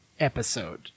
Episode